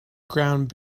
ground